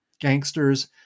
gangsters